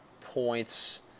points